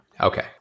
Okay